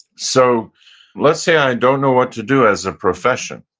so let's say i don't know what to do as a profession.